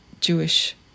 Jewish